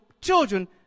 children